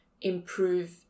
improve